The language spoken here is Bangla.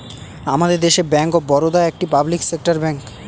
আমাদের দেশে ব্যাঙ্ক অফ বারোদা একটি পাবলিক সেক্টর ব্যাঙ্ক